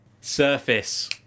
Surface